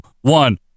one